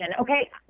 okay